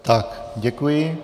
Tak, děkuji.